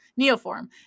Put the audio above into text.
neoform